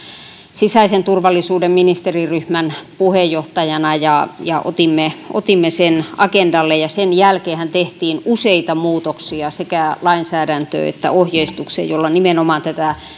sisäisen turvallisuuden ministeriryhmän puheenjohtajana ja ja otimme otimme sen agendalle ja sen jälkeenhän tehtiin useita muutoksia sekä lainsäädäntöön että ohjeistukseen joilla nimenomaan tätä